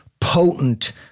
potent